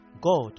God